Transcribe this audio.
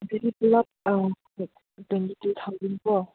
ꯑꯗꯨꯗꯤ ꯄꯨꯜꯂꯞ like twenty two thousand ꯀꯣ